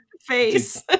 face